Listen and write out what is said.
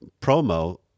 promo